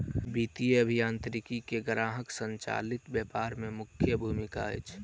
वित्तीय अभियांत्रिकी के ग्राहक संचालित व्यापार में मुख्य भूमिका अछि